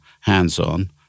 hands-on